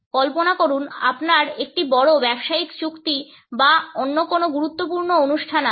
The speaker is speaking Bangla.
কল্পনা করুন আপনার একটি বড় ব্যবসায়িক চুক্তি বা অন্য কোনো গুরুত্বপূর্ণ অনুষ্ঠান আসছে